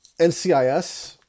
NCIS